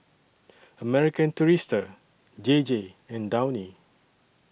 American Tourister J J and Downy